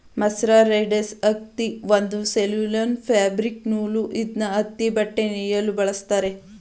mercerised ಹತ್ತಿ ಒಂದು cellulose fabric ನೂಲು ಇದ್ನ ಹತ್ತಿಬಟ್ಟೆ ನೇಯಲು ಬಳಸ್ತಾರೆ